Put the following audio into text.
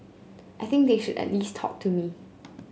I think they should at least talk to me